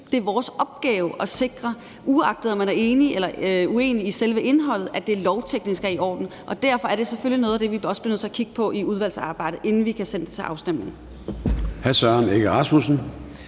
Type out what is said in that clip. det her hus at sikre – uagtet om man er enig eller uenig i selve indholdet – at det lovteknisk er i orden. Derfor er det selvfølgelig noget af det, vi også bliver nødt til at kigge på i udvalgsarbejdet, inden vi kan sende det til afstemning.